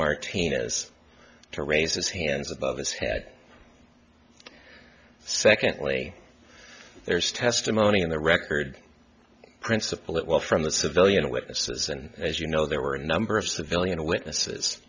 martinez to raise his hands above his head secondly there's testimony on the record principle that well from the civilian witnesses and as you know there were a number of civilian witnesses